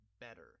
better